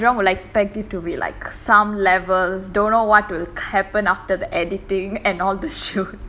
I think everyone will expect it to be like some level don't know what will happen after the editing and all the shoot